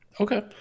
Okay